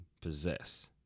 possess